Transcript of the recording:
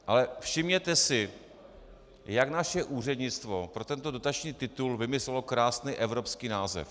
Ale všimněte si, jak naše úřednictvo pro tento dotační titul vymyslelo krásný evropský název.